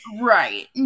Right